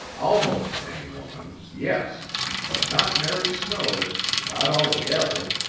almost any woman's yes but not mary snow's not altogether.